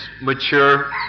mature